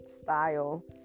style